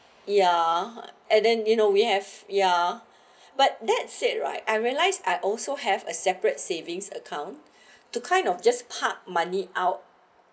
ya and then you know we have ya but that said right I realize I also have a separate savings account to kind of just park money out